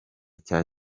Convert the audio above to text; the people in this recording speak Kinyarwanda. cya